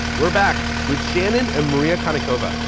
we're back with shannon and maria karnik cova,